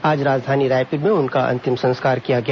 आज राजधानी रायपुर में उनका अंतिम संस्कार किया गया